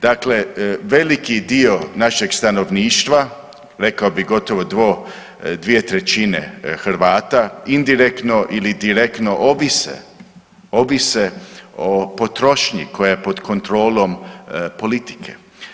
Dakle, veliki dio našeg stanovništva rekao bih gotovo dvije trećine Hrvata indirektno ili direktno ovise o potrošnji koja je pod kontrolom politike.